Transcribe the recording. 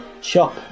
chop